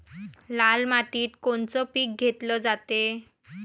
लाल मातीत कोनचं पीक घेतलं जाते?